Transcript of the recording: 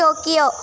Tokyo